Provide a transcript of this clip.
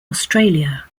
australia